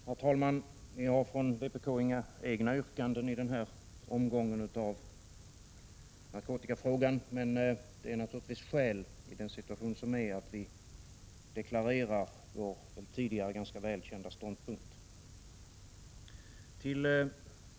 Herr talman! Vi har från vpk inga egna yrkanden i den här omgången av narkotikafrågan, men det är naturligtvis skäl, i den situation som råder, att vi deklarerar vår tidigare ganska välkända ståndpunkt.